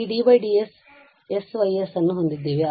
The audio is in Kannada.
ಆದ್ದರಿಂದ ಈ d ds sY ಅನ್ನು ಹೊಂದಿದ್ದೇವೆ